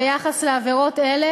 ביחס לעבירות אלה,